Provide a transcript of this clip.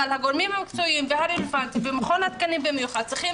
אבל הגורמים המקצועיים והרלוונטיים ומכון התקנים במיוחד צריכים